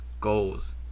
goals